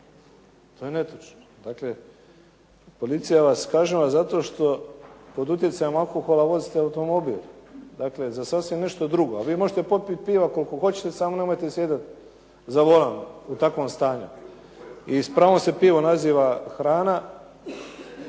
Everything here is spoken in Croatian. To je netočno. Policija vas kažnjava zato što pod utjecajem alkohola vozite automobil, dakle za sasvim nešto drugo. A vi možete popiti piva koliko hoćete, samo nemojte sjedati da volan u takvom stanju. I s pravom se pivo naziva hrana,